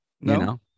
No